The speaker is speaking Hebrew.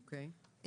אוקיי.